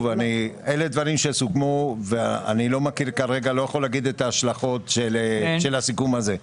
אלה דברים שסוכמו וכרגע אני לא יכול לומר מה ההשלכות של הסיכום הזה.